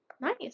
Nice